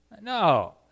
no